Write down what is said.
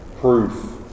proof